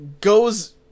goes